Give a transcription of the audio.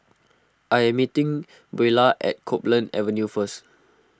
I am meeting Buelah at Copeland Avenue first